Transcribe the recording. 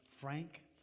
Frank